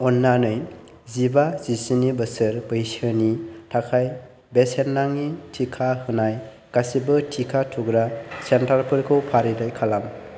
अननानै जिबा जिस्नि बोसोर बैसोनि थाखाय बेसेन नाङि टिका होनाय गासिबो टिका थुग्रा सेन्टारफोरखौ फारिलाइ खालाम